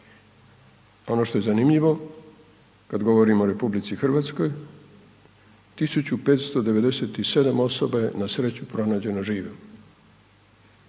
Ono što je zanimljivo kad govorim o RH 1.597 osoba je na sreću pronađeno žive,